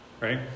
right